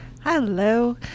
Hello